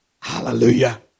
Hallelujah